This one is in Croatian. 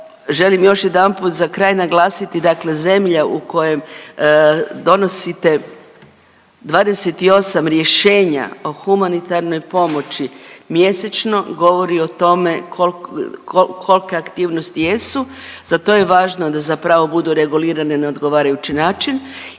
Želim još jedanput za kraj naglasiti, dakle zemlja u kojoj donosite 28 rješenja o humanitarnoj pomoći mjesečno govori o tome kolke aktivnosti jesu, za to je važno da zapravo budu regulirane na odgovarajući način.